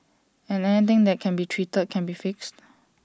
and anything that can be treated can be fixed